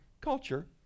culture